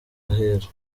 ahera